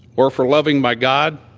or for loving my god.